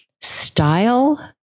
style